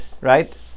right